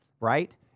right